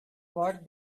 bought